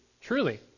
truly